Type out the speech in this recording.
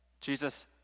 Jesus